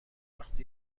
وقت